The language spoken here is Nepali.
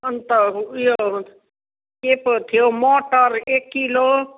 अन्त उयो के पो थियो मटर एक किलो